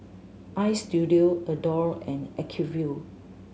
Istudio Adore and Acuvue